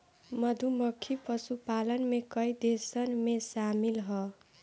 मधुमक्खी पशुपालन में कई देशन में शामिल ह